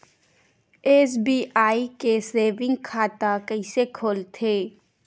SBI के saving खाता कइसे खोलथे?